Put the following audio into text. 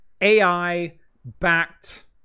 AI-backed